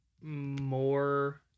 more